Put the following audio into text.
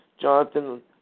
Jonathan